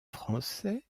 français